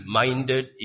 minded